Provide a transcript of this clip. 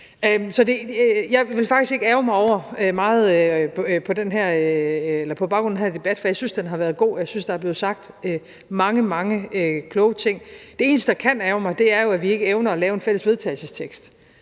jeg vil faktisk ikke ærgre mig over meget på baggrund af den her debat, for jeg synes, den har været god, og jeg synes, der er blevet sagt mange, mange kloge ting. Det eneste, der kan ærgre mig, er jo, at vi ikke evner at lave et fælles forslag til